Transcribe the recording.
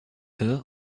her